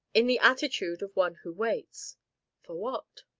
in the attitude of one who waits for what?